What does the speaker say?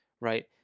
Right